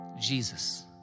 Jesus